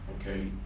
okay